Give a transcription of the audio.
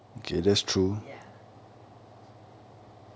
ya